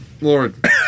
Lord